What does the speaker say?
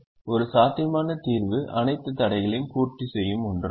ஒரு சாத்தியமான தீர்வு அனைத்து தடைகளையும் பூர்த்தி செய்யும் ஒன்றாகும்